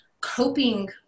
coping